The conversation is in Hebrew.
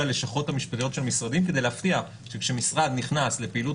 הלשכות המשפטיות של המשרדים כדי להבטיח שכשמשרד נכנס לפעילות